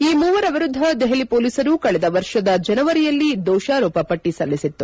ಈ ಮೂವರ ವಿರುದ್ಧ ದೆಹಲಿ ಪೊಲೀಸರು ಕಳೆದ ವರ್ಷದ ಜನವರಿಯಲ್ಲಿ ದೋಷಾರೋಪ ಪಟ್ಟಿ ಸಲ್ಲಿಸಿತ್ತು